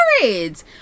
married